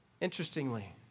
Interestingly